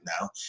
now